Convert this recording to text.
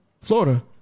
Florida